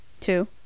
Two